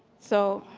so,